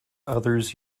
others